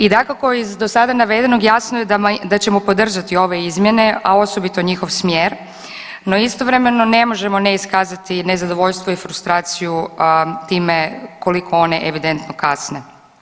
I dakako iz do sada navedenog jasno je da ćemo podržati ove izmjene, a osobito njihov smjer, no istovremeno ne možemo ne iskazati nezadovoljstvo i frustraciju time koliko one evidentno kasne.